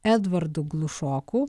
edvardu glušoku